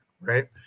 right